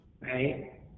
right